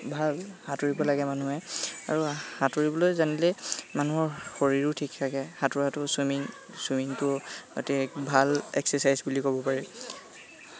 ভাল সাঁতুৰিব লাগে মানুহে আৰু সাঁতুৰিবলৈ জানিলে মানুহৰ শৰীৰো ঠিক থাকে সাঁতোৰাটো চুইমিং চুইমিংটো অতি ভাল এক্সাৰ্চাইজ বুলি ক'ব পাৰি